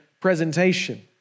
presentation